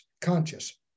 conscious